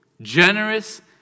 generous